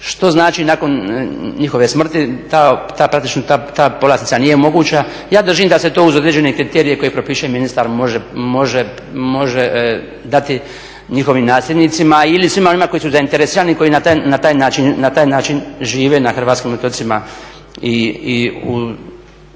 što znači nakon njihove smrti praktično ta povlastica nije moguća. Ja držim da se to uz određene kriterije koje propiše ministar može dati njihovim nasljednicama ili svima onima koji su zainteresirani i koji na taj način žive na hrvatskim otocima i u